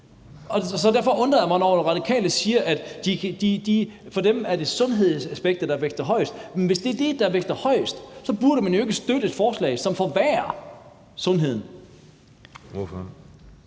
derfor undrer jeg mig over det, når Radikale siger, at for dem er det sundhedsaspektet, der vægter højest, men hvis det er det, der vægter højest, burde man jo ikke støtte et forslag, som forværrer sundheden. Kl.